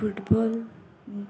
football